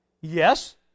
Yes